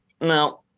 no